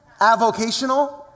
avocational